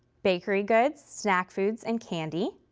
bakery goods, snack foods, and candy,